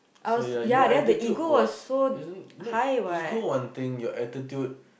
so ya your attitude was isn't n~ ego one thing your attitude